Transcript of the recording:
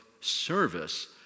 service